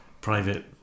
private